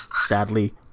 sadly